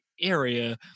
area